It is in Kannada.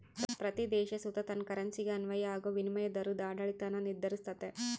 ಪ್ರತೀ ದೇಶ ಸುತ ತನ್ ಕರೆನ್ಸಿಗೆ ಅನ್ವಯ ಆಗೋ ವಿನಿಮಯ ದರುದ್ ಆಡಳಿತಾನ ನಿರ್ಧರಿಸ್ತತೆ